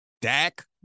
Dak